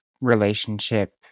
relationship